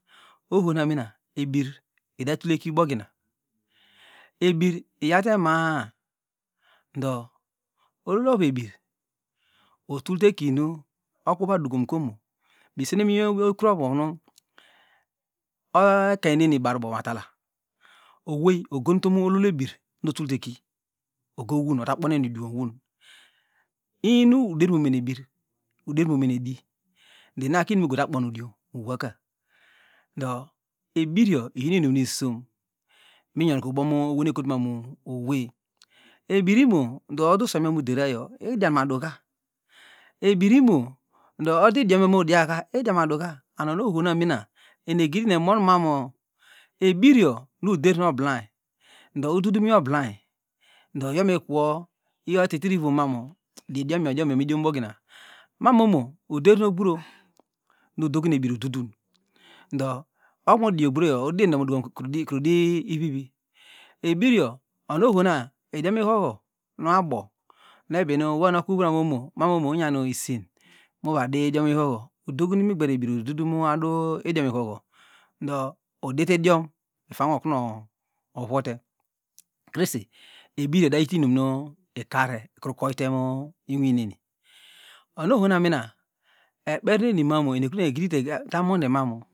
Ohona mina ebir ida tuleki ubogira ebir iyawte ma- a do ololo ovu ebir otulte kinu okwoa dukomko mo nusenenwe kurovunu ekany neni barubo ma atala owey ogontom ololo ebir nu otulte eki owin otakponen udinw owun innu uderi mene ebir uder mene edi do ina kinm gote kpone udinwo oka do ebirgo iyinu inum nu isom minyokubo mu ewey nu ekotumano owey ebir imo ndo udeusomyo muderayo idiamaduka ebir imo do ode idiom yomudiaka idiamaduka ohon namina eniegidionmanu ebirgo nu uder noblainy ndo ududunwi oblamy do iyo mikwo etitirivom manu didioma idiomigo midiobogi na mamonu nder nu ogbro nu udogi ebir ududun ndo okunu udi ogbrogo udin do modukom kra di ivivi ebirgo onu ohona idiomi hoho nabo nebi nu no okuvnam omo mamo uyan isen muva di idiomihoho udogi imgber ebir ududunu mu adu idiomihoho do uditidiom ufango okunu ovuote krese ebirgo idagite inumnu ikare ikru koyternu inuweni ono hona mina ekperinenimanu ekurgidide etamonde marmu